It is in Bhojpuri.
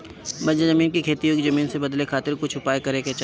बंजर जमीन के खेती योग्य जमीन में बदले खातिर कुछ उपाय करे के चाही